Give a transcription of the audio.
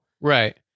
Right